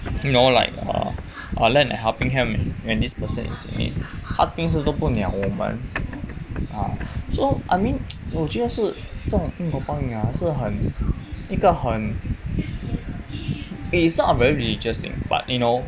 you know like err lend a helping hand when this person is in need 他平时都不鸟我们 ah so I mean 我觉得是这种因果报应啊是很一个很 it is not a very religious thing but you know